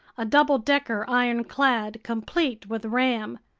a double-decker ironclad complete with ram.